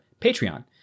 Patreon